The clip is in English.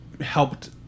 helped